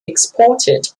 exported